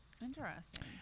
Interesting